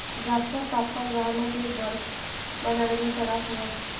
जास्त तापमान राह्यनं ते बरफ बनाडाले तरास व्हस